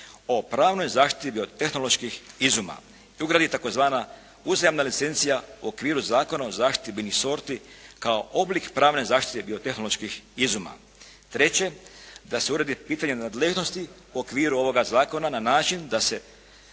i ugradi tzv. uzajamna recenzija u okviru Zakona o zaštiti biljnih sorti kao oblik pravne zaštite biotehnoloških izuma. Treće, da se uredi pitanje nadležnosti u okviru ovoga zakona na način da se